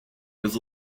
was